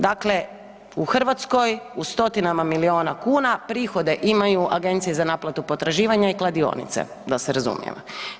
Dakle, u Hrvatskoj u stotinama miliona kuna prihode imaju agencije za naplatu potraživanja i kladionice, da se razumijemo.